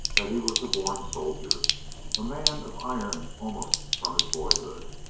that he was a born soldier a man of iron almost from his boyhood.